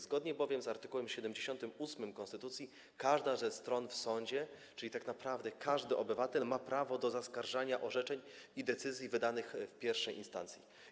Zgodnie bowiem z art. 78 konstytucji każda ze stron w sądzie, czyli tak naprawdę każdy obywatel, ma prawo do zaskarżania orzeczeń i decyzji wydanych w I instancji.